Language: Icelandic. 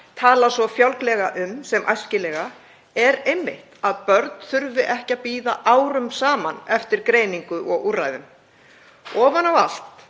talar svo fjálglega um sem æskilega, er einmitt að börn þurfi ekki að bíða árum saman eftir greiningu og úrræðum. Ofan á allt